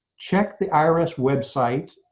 check the irs website